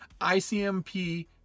ICMP